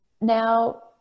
Now